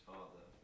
Father